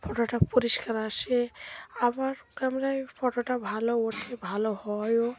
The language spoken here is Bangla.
ফটোটা পরিষ্কার আসে আমার ক্যামেরায় ফটোটা ভালো ওঠে ভালো হয়ও